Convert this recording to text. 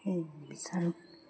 সেই বিচাৰোঁ